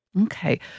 Okay